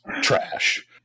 trash